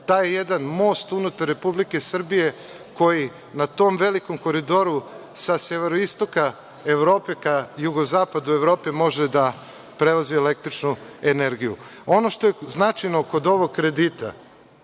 taj jedan most unutar Republike Srbije, koji na tom velikom koridoru sa severoistoka Evrope, ka jugozapadu Evrope može da prevozi električnu energiju. Ono što je značajno kod ovog kredita,